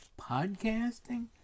podcasting